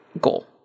goal